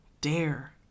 dare